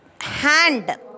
hand